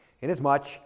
inasmuch